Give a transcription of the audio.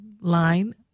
line